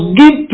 give